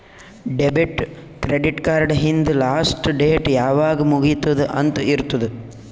debit, credit card ಹಿಂದ್ last date ಯಾವಾಗ್ ಮುಗಿತ್ತುದ್ ಅಂತ್ ಇರ್ತುದ್